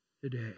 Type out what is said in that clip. today